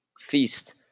feast